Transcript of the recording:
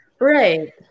Right